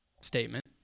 statement